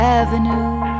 avenue